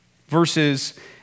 verses